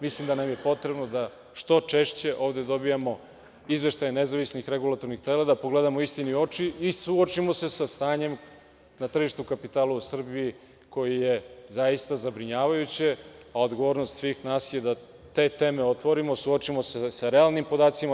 Mislim da nam je potrebno da što češće ovde dobijamo izveštaje nezavisnih regulatornih tela, da pogledamo istini u oči i suočimo se sa stanjem na tržištu kapitala u Srbiji koje je zaista zabrinjavajuće, a odgovornost svih nas je da te teme otvorimo, suočimo se sa realnim podacima.